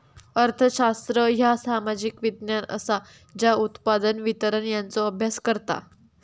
अर्थशास्त्र ह्या सामाजिक विज्ञान असा ज्या उत्पादन, वितरण यांचो अभ्यास करता